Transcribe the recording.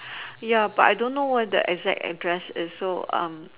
ya but I don't know what the exact address is so